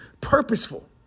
purposeful